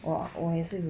!wah! 我也是